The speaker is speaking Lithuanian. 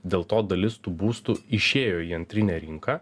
dėl to dalis tų būstų išėjo į antrinę rinką